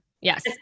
Yes